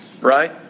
Right